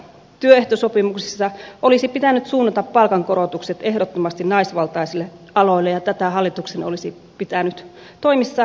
työehtosopimuksissa olisi pitänyt suunnata palkankorotukset ehdottomasti naisvaltaisille aloille ja tätä hallituksen olisi pitänyt toimissaan edistää